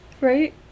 Right